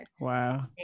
wow